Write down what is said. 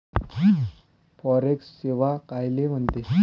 Forex सेवा कायले म्हनते?